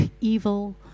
evil